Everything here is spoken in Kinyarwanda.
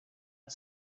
amb